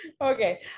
Okay